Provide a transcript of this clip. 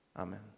Amen